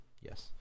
Yes